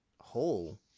whole